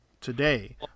today